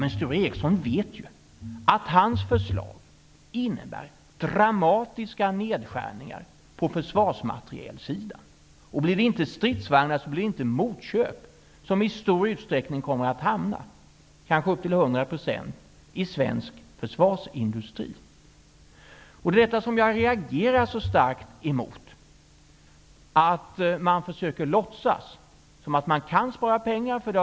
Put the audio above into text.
Men Sture Ericson vet ju att hans förslag innebär dramatiska nedskärningar på försvarsmaterielsidan. Om det inte blir stridsvagnar så blir det inte motköp som i stor utsträckning, kanske upp till hundra procent, kommer att hamna i svensk försvarsindustri. Jag reagerar starkt emot att man försöker låtsas som om man kan spara pengar på försvaret.